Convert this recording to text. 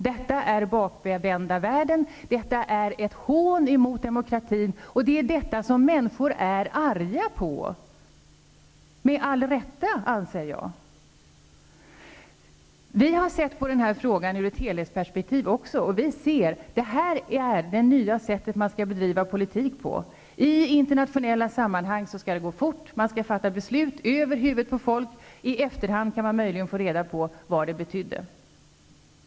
Detta är bakvända världen och ett hån emot demokratin. Det är människor arga över -- med all rätt, anser jag. Vi har sett på den här frågan ur ett helhetsperspektiv också, och vi ser att det här är det nya sättet att bedriva politik på. I internationella sammanhang skall det gå fort. Man skall fatta beslut över huvudet på folk. I efterhand kan man möjligen få reda på vad det betydde.